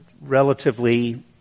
relatively